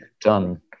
done